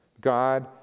God